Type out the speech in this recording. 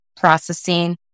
processing